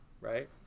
Right